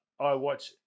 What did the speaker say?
iWatch